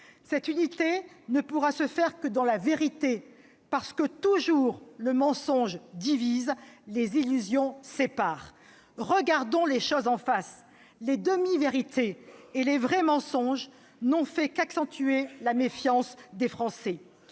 Cette unité ne pourra se faire que dans la vérité, parce que, toujours, le mensonge divise, les illusions séparent. Regardons les choses en face : les demi-vérités et les vrais mensonges n'ont fait qu'accentuer la méfiance des Français.